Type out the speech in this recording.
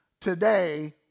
Today